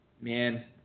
Man